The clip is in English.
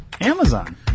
Amazon